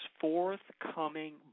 forthcoming